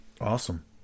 Awesome